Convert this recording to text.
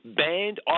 banned